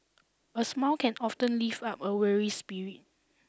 a smile can often lift up a weary spirit